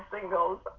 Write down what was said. Singles